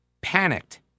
panicked